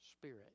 spirit